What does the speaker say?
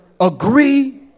agree